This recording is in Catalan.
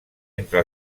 entre